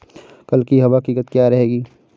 कल की हवा की गति क्या रहेगी?